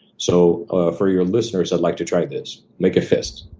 so for your listeners, i'd like to try this. make a first.